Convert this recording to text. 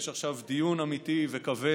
יש עכשיו דיון אמיתי וכבד